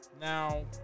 Now